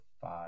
five